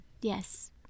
Yes